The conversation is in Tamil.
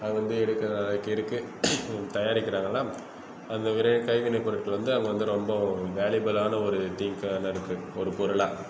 அது வந்து எடுக்க எதுக்கு இருக்குது தயாரிக்கிறாங்கன்னால் அந்த விரை கைவினைப் பொருட்கள் வந்து அங்கே வந்து ரொம்ப வேல்யூபிலான ஒரு திங்காகதான் இருக்குது ஒரு பொருளாக